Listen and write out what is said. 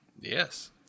Yes